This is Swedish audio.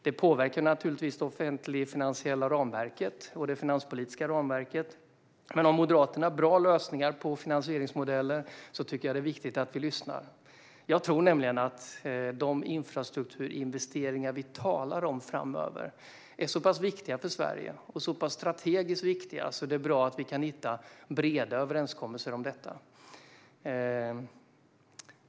Det påverkar naturligtvis det offentlig-finansiella ramverket och det finanspolitiska ramverket. Men om Moderaterna har bra lösningar för finansieringsmodeller tycker jag att det är viktigt att vi lyssnar. Jag tror nämligen att de infrastrukturinvesteringar vi talar om framöver är så pass viktiga för Sverige och så pass strategiskt viktiga att det är bra om vi kan hitta breda överenskommelser.